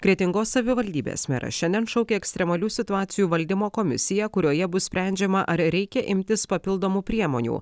kretingos savivaldybės meras šiandien šaukia ekstremalių situacijų valdymo komisiją kurioje bus sprendžiama ar reikia imtis papildomų priemonių